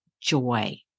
joy